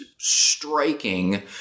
striking